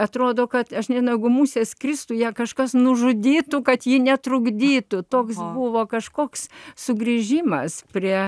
atrodo kad aš nė nagų musės kristuje kažkas nužudytų kad ji netrukdytų toks buvo kažkoks sugrįžimas prie